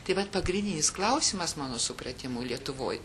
tai vat pagrindinis klausimas mano supratimu lietuvoj